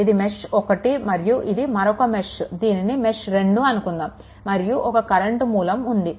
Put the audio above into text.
ఇది మెష్1 మరియు ఇది మరొక మెష్ దీనిని మెష్2 అనుకుందాము మరియు ఒక కరెంట్ మూలం ఉంది